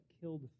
killed